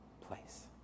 place